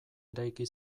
eraiki